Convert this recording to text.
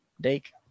Dake